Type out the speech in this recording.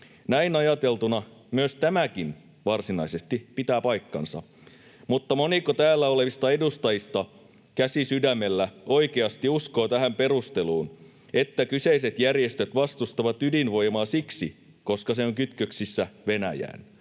Näin ajateltuna myös tämäkin varsinaisesti pitää paikkansa. Mutta moniko täällä olevista edustajista, käsi sydämellä, oikeasti uskoo tähän perusteluun, että kyseiset järjestöt vastustavat ydinvoimaa siksi, koska se on kytköksissä Venäjään?